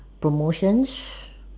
promotions